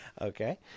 Okay